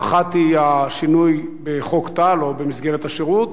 האחת היא שינוי חוק טל או מסגרת השירות,